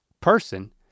person